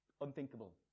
unthinkable